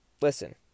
Listen